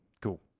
Cool